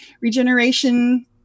regeneration